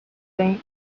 faint